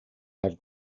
have